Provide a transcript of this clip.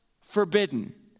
forbidden